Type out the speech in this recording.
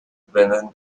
brennan